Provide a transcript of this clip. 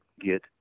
get